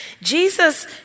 Jesus